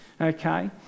Okay